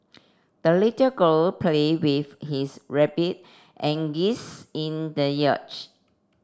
the little girl play with his rabbit and geese in the